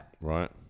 right